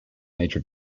major